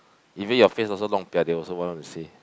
even your face also they also won't want to say